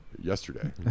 Yesterday